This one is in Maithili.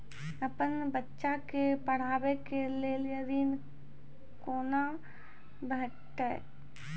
अपन बच्चा के पढाबै के लेल ऋण कुना भेंटते?